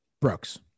Brooks